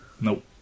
Nope